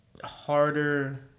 harder